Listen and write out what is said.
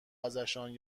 ازشان